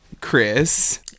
Chris